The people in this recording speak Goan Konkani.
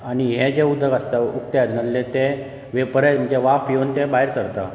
आनी हें जें उदक आसता उकतें आयदनातलें तें वेपरायज म्हणजे वाफ येवन तें भायर सरता